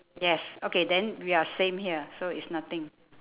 yes okay then we are same here so it's nothing